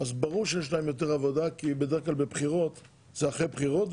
אז ברור שיש להם יותר עבודה כי בדרך כלל זה אחרי בחירות,